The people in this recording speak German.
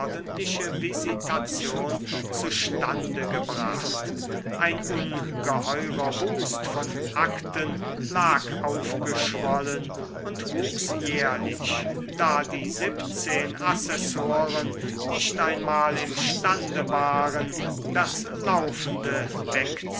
visitation zustande gebracht ein ungeheurer wust von akten lag aufgeschwollen und wuchs jährlich da die siebzehn assessoren nicht einmal imstande waren das laufende